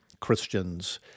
Christians